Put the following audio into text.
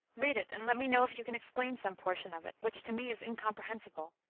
read it, and let me know if you can explain some portion of it, which to me is incomprehensible.